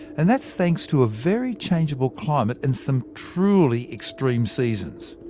and that's thanks to a very changeable climate, and some truly extreme seasons.